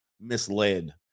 misled